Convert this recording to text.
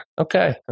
Okay